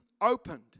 opened